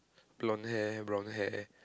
blonde hair brown hair